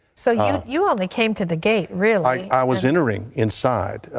so you only came to the gate really. i was entering inside.